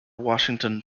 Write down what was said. washington